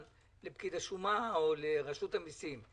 עוד זמן לפקיד השומה או לרשות המיסים,